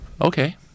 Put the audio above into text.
Okay